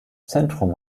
zentrum